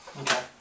Okay